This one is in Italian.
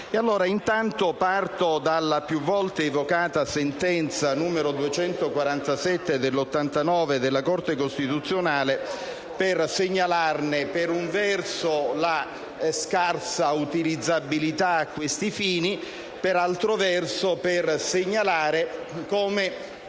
Intanto, parto dalla più volte evocata sentenza n. 247 del 1989 della Corte costituzionale per segnalarne, per un verso, la scarsa utilizzabilità a questi fini e, per altro verso, per segnalare come